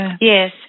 Yes